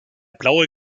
blaue